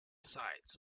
sides